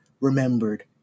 remembered